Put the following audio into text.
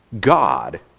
God